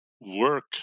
work